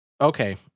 Okay